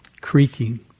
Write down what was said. creaking